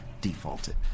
defaulted